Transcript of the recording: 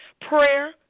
prayer